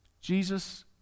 Jesus